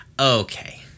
okay